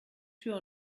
tür